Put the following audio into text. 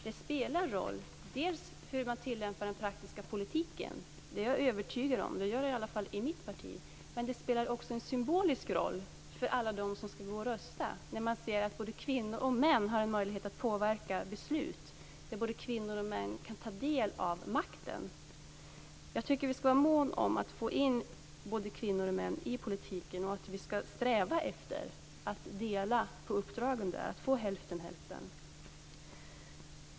Det spelar roll dels hur man tillämpar den praktiska politiken - det gör det i alla fall i mitt parti - dels spelar det en symbolisk roll för alla som skall gå och rösta när man ser att både kvinnor och män har en möjlighet att påverka beslut, att både kvinnor och män kan ta del av makten. Jag tycker att vi skall vara måna om att få in både kvinnor och män i politiken och att vi skall sträva efter att dela uppdragen lika.